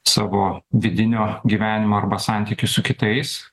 savo vidinio gyvenimo arba santykį su kitais